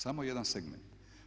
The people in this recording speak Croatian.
Samo jedan segment.